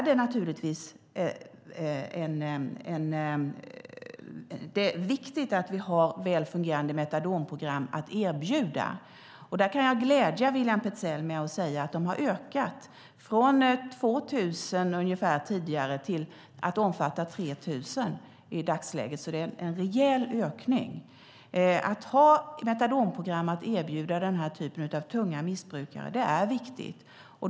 Det är viktigt att vi har väl fungerande metadonprogram att erbjuda. Där kan jag glädja William Petzäll med att de har ökat från tidigare ungefär 2 000 till att omfatta 3 000 i dagsläget. Det är en rejäl ökning. Det är viktigt att ha metadonprogram att erbjuda den här typen av tunga missbrukare.